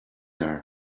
are